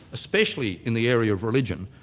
especially in the area of religion,